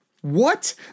What